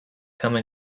come